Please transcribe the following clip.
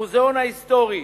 המוזיאון ההיסטורי,